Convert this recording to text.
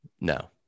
No